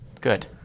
Good